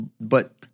but-